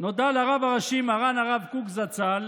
נודע לרב הראשי מרן הרב קוק זצ"ל